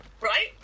Right